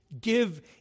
Give